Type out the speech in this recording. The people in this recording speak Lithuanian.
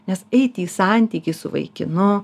nes eiti į santykį su vaikinu